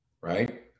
right